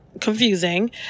confusing